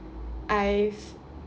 I've